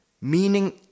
Meaning